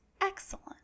excellent